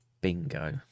Bingo